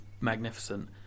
magnificent